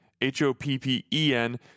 H-O-P-P-E-N